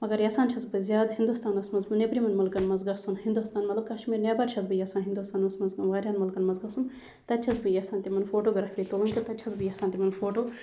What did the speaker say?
مگر یَژھان چھَس بہٕ زیادٕ ہِندُستانَس مَنٛز نیٚبرِمٮ۪ن مُلکَن مَنٛز گَژھُن ہِندُستان مَطلَب کَشمیٖر نیٚبَر چھَس بہٕ یَژھان ہِندُستانَس مَنٛز وارہَن مُلکَن مَنٛز گَژھُن تَتہِ چھَس بہٕ یَژھان تِمَن فوٹوگرافی تُلٕنۍ تہٕ تَتہِ چھَس بہٕ یَژھان تِمَن فوٹو